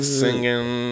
singing